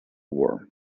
world